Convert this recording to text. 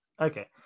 Okay